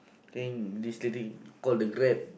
I think this lady call the grab